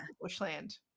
bushland